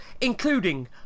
including